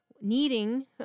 needing